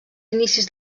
inicis